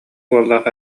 уоллаах